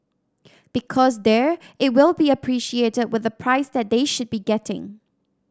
because there it will be appreciated with the price that they should be getting